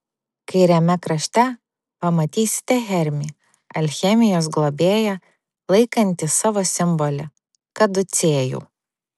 kairiame krašte pamatysite hermį alchemijos globėją laikantį savo simbolį kaducėjų